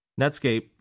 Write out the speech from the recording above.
Netscape